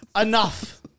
Enough